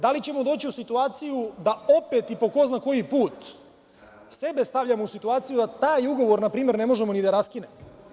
Da li ćemo doći u situaciju da opet i po ko zna koji put sebe stavljamo u situaciju da taj ugovor npr. ne možemo ni da raskinemo?